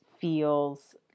feels